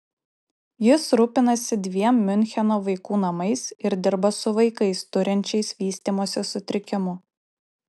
jis rūpinasi dviem miuncheno vaikų namais ir dirba su vaikais turinčiais vystymosi sutrikimų